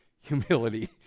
humility